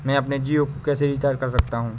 मैं अपने जियो को कैसे रिचार्ज कर सकता हूँ?